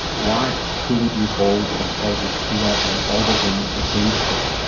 why couldn't you hold oncologists to that and audit them against it?